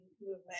movement